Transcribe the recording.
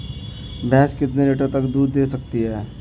भैंस कितने लीटर तक दूध दे सकती है?